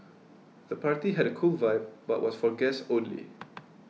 the party had a cool vibe but was for guests only